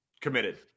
Committed